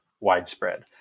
widespread